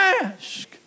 ask